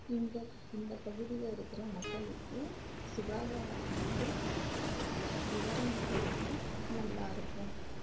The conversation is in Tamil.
இந்த இந்த பகுதியில இருக்கிற மக்களுக்கு சுகாதார அமைப்பு விவரம் கொடுத்தால் நல்லா இருக்கும்